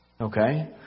Okay